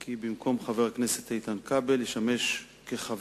כי במקום חבר הכנסת איתן כבל ישמש כחבר